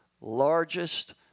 largest